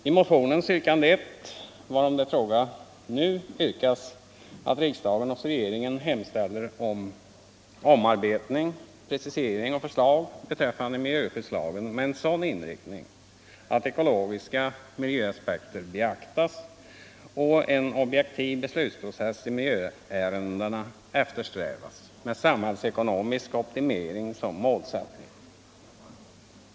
I motionens yrkande nr 1, varom det nu är fråga, begärs att riksdagen hos regeringen hemställer om omarbetning, precisering och förslag beträffande miljöskyddslagen med en sådan inriktning att ekologiska miljöaspekter beaktas och en objektiv beslutsprocess i miljöärendena eftersträvas med samhällsekonomisk optimering som målsättning.